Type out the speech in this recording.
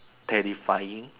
terrifying